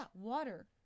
water